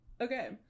okay